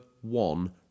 one